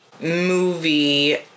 movie